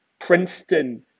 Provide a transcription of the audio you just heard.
Princeton